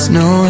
no